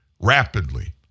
rapidly